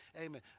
Amen